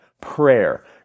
prayer